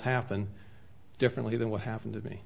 happened differently than what happened to me